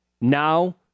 Now